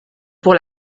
pour